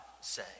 say